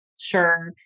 sure